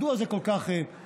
מדוע זה כל כך משמעותי?